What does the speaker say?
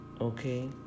Okay